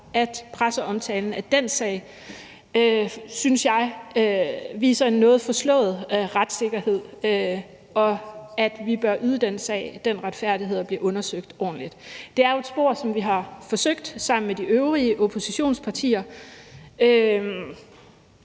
at presseomtalen af den sag viser en noget forslået retssikkerhed, og at vi bør yde den sag den retfærdighed at blive undersøgt ordentligt. Det er jo et spor, vi har forsøgt at følge sammen med de øvrige oppositionspartier